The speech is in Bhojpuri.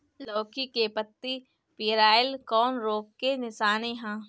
लौकी के पत्ति पियराईल कौन रोग के निशानि ह?